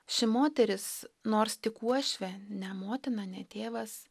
ši moteris nors tik uošvė ne motina ne tėvas